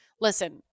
Listen